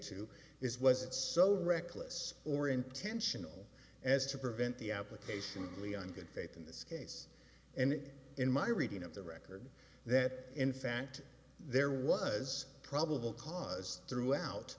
to is was it so reckless or intentional as to prevent the application of leon good faith in this case and in my reading of the record that in fact there was probable cause throughout